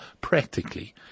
practically